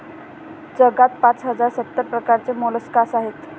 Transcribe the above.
जगात पाच हजार सत्तर प्रकारचे मोलस्कास आहेत